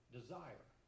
desire